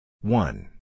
one